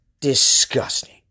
disgusting